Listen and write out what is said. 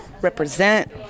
Represent